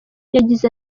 yagize